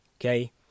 Okay